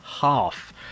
half